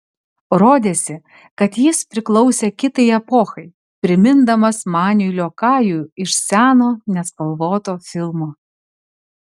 rodėsi kad jis priklausė kitai epochai primindamas maniui liokajų iš seno nespalvoto filmo